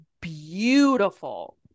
beautiful